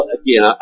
again